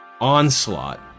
onslaught